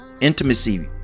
intimacy